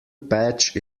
patch